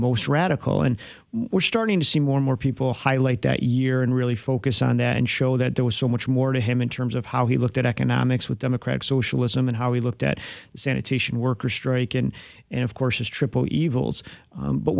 most radical and we're starting to see more and more people highlight that year and really focus on that and show that there was so much more to him in terms of how he looked at economics with democratic socialism and how he looked at the sanitation workers strike and and of course triple evils